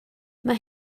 mae